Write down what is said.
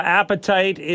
appetite